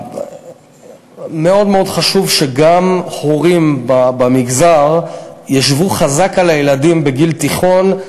מאוד מאוד חשוב שגם הורים במגזר ישבו חזק על הילדים בגיל תיכון,